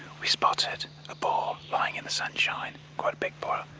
we spotted a boar lying in the sunshine, quite a big boar,